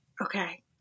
okay